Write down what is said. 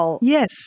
Yes